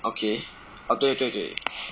okay ah 对对对